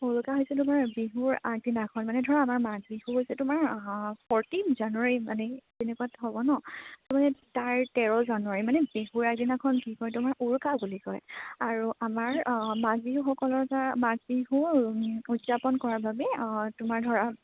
উৰুকা হৈছে তোমাৰ বিহুৰ আগদিনাখন মানে ধৰা আমাৰ মাঘ বিহু হৈছে তোমাৰ ফৰটিন জানুৱাৰী মানে তেনেকুৱা হ'ব নহ্ ত' মানে তাৰ তেৰ জানুৱাৰী মানে বিহুৰ আগদিনাখন কি কয় তোমাৰ উৰুকা বুলি কয় আৰু আমাৰ মাঘ বিহুসকলৰ পৰা মাঘ বিহু উদযাপন কৰাৰ বাবে তোমাৰ ধৰা